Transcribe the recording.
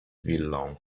willą